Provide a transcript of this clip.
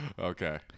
Okay